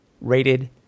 rated